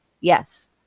yes